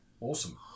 awesome